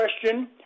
question